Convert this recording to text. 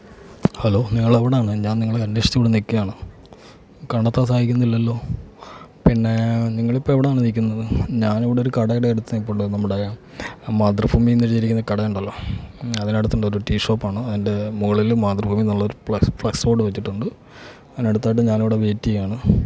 hello നിങ്ങൾ എവിടെയാണ് ഞാന് നിങ്ങളെ അന്വേഷിച്ച് ഇവിടെ നിൽക്കുകയാണ് കണ്ടെത്താന് സാധിക്കുന്നില്ലല്ലോ പിന്നെ നിങ്ങൾ ഇപ്പം എവിടെയാണ് നിൽക്കുന്നത് ഞാൻ ഇവിടെ ഒരു കടയുടെ അടുത്ത് നിൽപ്പുണ്ട് നമ്മുടെ മാതൃഭൂമി എന്ന് എഴുതിയിരിക്കുന്ന കട ഉണ്ടല്ലോ അതിനടുത്തുണ്ട് ഒരു ടീ ഷോപ്പ് ആണ് അതിന്റെ മോളില് മാതൃഭൂമി എന്നുള്ള ഒരു ഫ്ലെക്സ് ബോര്ഡ് വെച്ചിട്ടുണ്ട് അതിനടുത്തായിട്ട് ഞാനിവിടെ വെയിറ്റ് ചെയ്യുകയാണ്